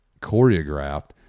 choreographed